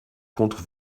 contre